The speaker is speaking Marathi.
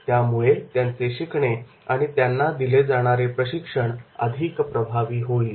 यामुळे त्यांचे शिकणे व त्यांना दिले जाणारे प्रशिक्षण अधिक प्रभावी होईल